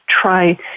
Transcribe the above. try